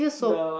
the